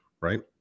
right